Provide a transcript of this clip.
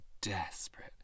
desperate